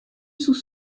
sous